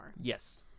Yes